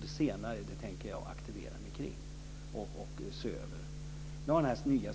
Den senare tänker jag aktivera mig kring.